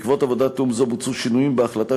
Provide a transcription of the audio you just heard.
בעקבות עבודת תיאום זו בוצעו שינויים בהחלטה,